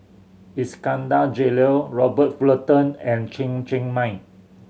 Iskandar Jalil Robert Fullerton and Chen Cheng Mei